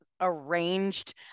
arranged